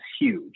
huge